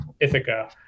Ithaca